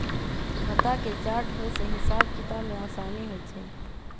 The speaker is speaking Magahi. खता के चार्ट होय से हिसाब किताब में असानी होइ छइ